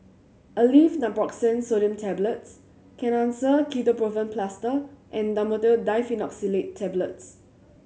Aleve Naproxen Sodium Tablets Kenhancer Ketoprofen Plaster and Dhamotil Diphenoxylate Tablets